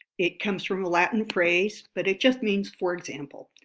it comes from a latin phrase, but it just means for example.